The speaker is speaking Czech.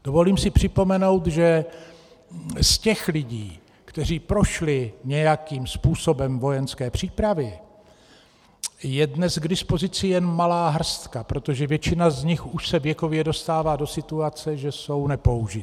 Dovolím si připomenout, že z těch lidí, kteří prošli nějakým způsobem vojenské přípravy, je dnes k dispozici jen malá hrstka, protože většina z nich už se věkově dostává do situace, že jsou nepoužitelní.